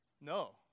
No